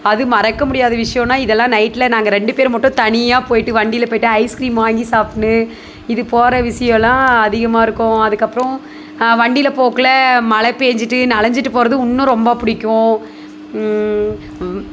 அது மறக்க முடியாத விஷயோன்னா இதெல்லாம் நைட்டில் நாங்கள் ரெண்டு பேரும் மட்டும் தனியாக போயிட்டு வண்டியில் போய்ட்டு ஐஸ்க்ரீம் வாங்கி சாப்பிட்டுனு இது போகிற விஷயோம்லா அதிகமாக இருக்கும் அதுக்கப்புறோம் வண்டியில் போக்குள்ள மழை பெஞ்சுட்டு நனைஞ்சிட்டு போகிறது இன்னும் ரொம்ப பிடிக்கும்